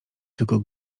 tylko